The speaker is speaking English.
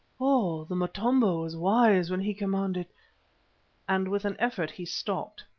oh! the motombo was wise when he commanded and with an effort he stopped.